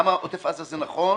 למה עוטף עזה זה נכון